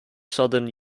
southern